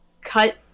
cut